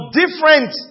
different